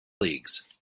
leagues